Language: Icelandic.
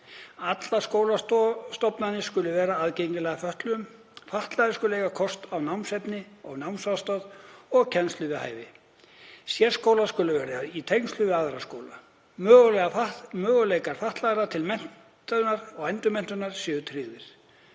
Allar skólastofnanir skulu vera aðgengilegar fötluðum. Fatlaðir skulu eiga kost á námsefni/námsaðstoð og kennslu við hæfi. Sérskólar skulu vera í tengslum við aðra skóla. Möguleikar fatlaðra til menntunar/endurmenntunar séu tryggðir.